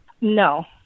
No